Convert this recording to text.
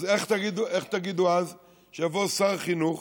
אז מה תגידו אז כשיבוא שר חינוך